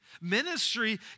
Ministry